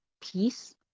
peace